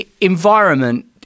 environment